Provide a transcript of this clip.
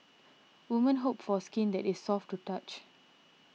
women hope for skin that is soft to touch